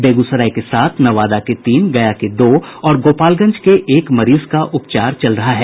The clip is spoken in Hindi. बेगूसराय के सात नवादा के तीन गया के दो और गोपालगंज के एक मरीज का उपचार चल रहा है